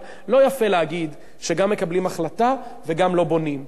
אבל לא יפה להגיד שגם מקבלים החלטה וגם לא בונים.